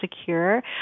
secure